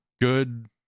good